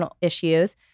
issues